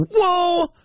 Whoa